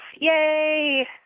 yay